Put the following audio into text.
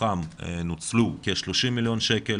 מתוכם נוצלו 30 מיליון שקל,